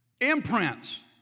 Imprints